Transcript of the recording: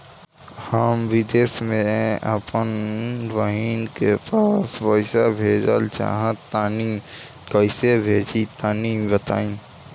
हम विदेस मे आपन बहिन के पास पईसा भेजल चाहऽ तनि कईसे भेजि तनि बताई?